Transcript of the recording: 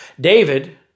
David